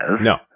No